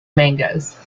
mangoes